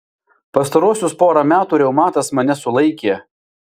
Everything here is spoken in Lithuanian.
pastaruosius porą metų reumatas mane sulaikė